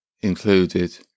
included